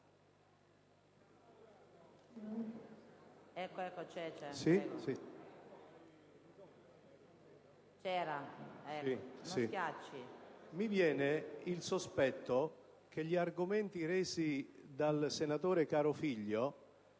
*(PdL)*. Mi viene il sospetto che gli argomenti resi dal senatore Carofiglio